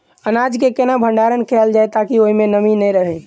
अनाज केँ केना भण्डारण कैल जाए ताकि ओई मै नमी नै रहै?